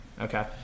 Okay